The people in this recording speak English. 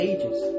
Ages